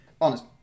Honest